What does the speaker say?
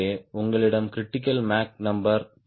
எனவே உங்களிடம் critical Mach number 0